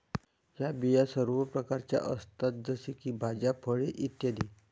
या बिया सर्व प्रकारच्या असतात जसे की भाज्या, फळे इ